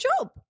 job